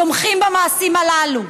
תומכים במעשים הללו,